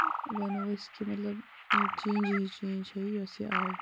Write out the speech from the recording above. ٲں وَنو أسۍ کہِ مطلب یہِ چینٛج ہِش چینٛج چھِ یہِ یۄس یہِ آے